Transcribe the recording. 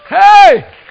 Hey